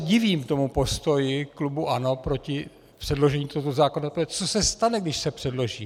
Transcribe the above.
Divím se tomu postoji klubu ANO proti předložení tohoto zákona, protože co se stane, když se předloží?